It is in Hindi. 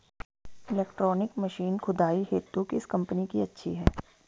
इलेक्ट्रॉनिक मशीन खुदाई हेतु किस कंपनी की अच्छी है?